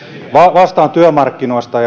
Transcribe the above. vastaan työmarkkinoista